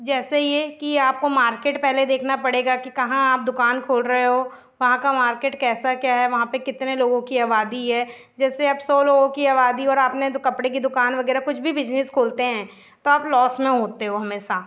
जैसे यह कि आपको मार्केट पहले देखना पड़ेगा कि कहाँ आप दुकान खोल रहे हो वहाँ का मार्केट कैसा क्या है वहाँ पर कितने लोगों की आबादी है जैसे अब सौ लोगों की अआबादी और आपने कपड़े की दुकान वग़ैरह कुछ भी बिजनिस खोलते हैं तो आप लॉस में होते हो हमेशा